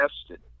tested